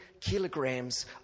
kilograms